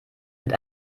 mit